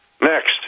Next